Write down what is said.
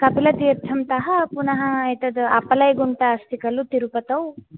कपलतीर्थं तः पुनः एतद् अपलयगुण्टा अस्ति खलु तिरुपतौ